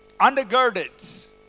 undergirded